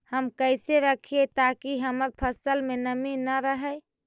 हम कैसे रखिये ताकी हमर फ़सल में नमी न रहै?